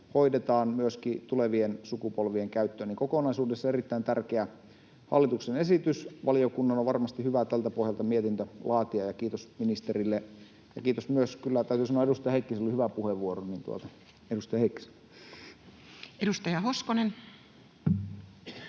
hoidetaan myöskin tulevien sukupolvien käyttöön. Kokonaisuudessaan erittäin tärkeä hallituksen esitys, valiokunnan on varmasti hyvä tältä pohjalta mietintö laatia, ja kiitos ministerille. Ja kyllä kiitos täytyy myös sanoa edustaja Heikkiselle: hyvä puheenvuoro edustaja Heikkiseltä. [Speech